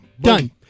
Done